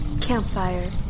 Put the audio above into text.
Campfire